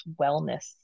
wellness